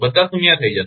બધા શૂન્ય થઈ જશે